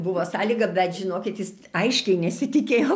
buvo sąlyga bet žinokit jis aiškiai nesitikėjo